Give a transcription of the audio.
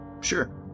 Sure